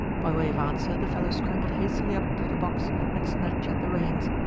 by way of answer the fellow scrambled hastily up to the box and snatched at the reins.